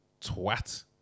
twat